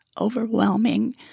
overwhelming